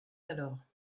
alors